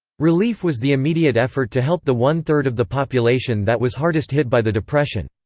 relief was the immediate effort to help the one-third of the population that was hardest hit by the depression.